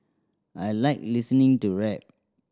I like listening to rap